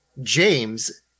James